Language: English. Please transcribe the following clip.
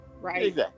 Right